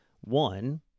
one